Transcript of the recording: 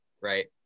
right